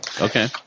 Okay